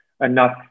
enough